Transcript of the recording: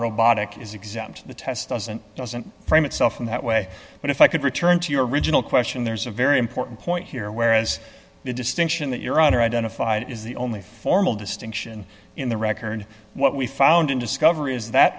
robotic is exempt the test doesn't doesn't frame itself in that way but if i could return to your original question there's a very important point here whereas the distinction that your honor identified is the only formal distinction in the record what we found in discovery is that